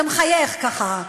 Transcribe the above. אתה מחייך ככה.